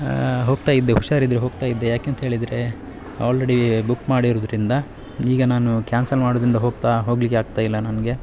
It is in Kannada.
ಹೋಗ್ತಾಯಿದ್ದೆ ಹುಷಾರು ಇದ್ರೆ ಹೋಗ್ತಾಯಿದ್ದೆ ಯಾಕೆಂತೇಳಿದರೆ ಆಲ್ರೆಡೀ ಬುಕ್ ಮಾಡಿರೋದ್ರಿಂದ ಈಗ ನಾನು ಕ್ಯಾನ್ಸಲ್ ಮಾಡೋದ್ರಿಂದ ಹೋಗ್ತಾ ಹೋಗ್ಲಿಕ್ಕೆ ಆಗ್ತಾಯಿಲ್ಲ ನನಗೆ